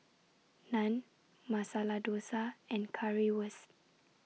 Naan Masala Dosa and Currywurst